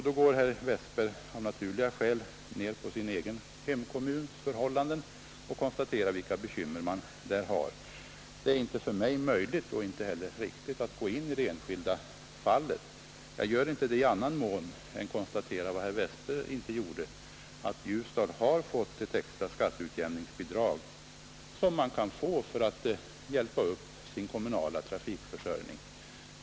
Herr Westberg går av naturliga skäl ner till sin egen hemkommuns trafikförhållanden och konstaterar vilka bekymmer man där har. Det är inte för mig möjligt och inte heller riktigt att gå in på det enskilda fallet. Jag gör det inte i annan mån än att jag konstaterar vad herr Westberg inte nämnde, nämligen att Ljusdal har fått ett extra skatteutjämningsbidrag, som kan utgå till kommunerna för att dessa skall förbättra sin trafikförsörjning.